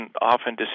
often